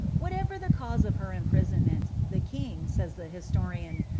whatever the cause of her imprisonment, the king, says the historian,